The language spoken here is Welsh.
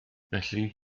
felly